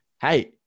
Hey